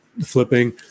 flipping